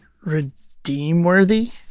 redeem-worthy